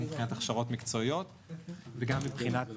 גם מבחינת הכשרות מקצועיות וגם מבחינת